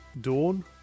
Dawn